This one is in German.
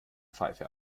pfeife